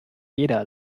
jeder